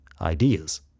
ideas